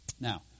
Now